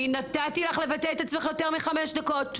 אני נתתי לך לבטא את עצמך יותר מחמש דקות.